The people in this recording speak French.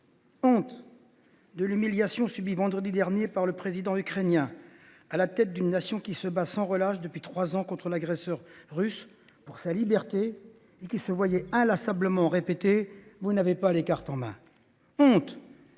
Honte de l’humiliation subie vendredi dernier par le président ukrainien, qui, à la tête d’une nation se battant sans relâche depuis trois ans contre l’agresseur russe pour sa liberté, s’est vu inlassablement répéter qu’il n’avait pas les cartes en main.